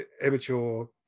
immature